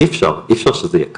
אי אפשר שזה יהיה ככה.